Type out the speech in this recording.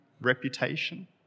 reputation